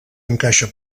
encaixa